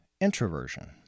introversion